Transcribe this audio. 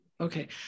okay